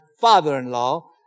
father-in-law